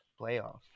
playoffs